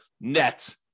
net